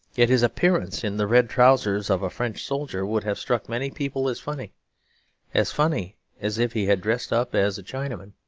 yet his appearance in the red trousers of a french soldier would have struck many people as funny as funny as if he had dressed up as a chinaman.